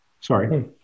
sorry